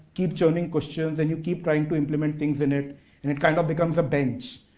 keep churning questions, and you keep trying to implement things in it and it kind of becomes a bunch.